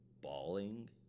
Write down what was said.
bawling